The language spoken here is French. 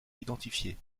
identifié